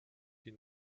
die